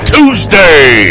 Tuesday